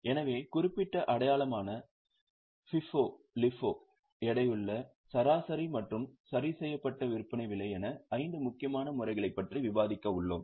எனவே குறிப்பிட்ட அடையாளமான FIFO LIFO எடையுள்ள சராசரி மற்றும் சரிசெய்யப்பட்ட விற்பனை விலை என ஐந்து முக்கியமான முறைகளைப் பற்றி விவாதிக்க உள்ளோம்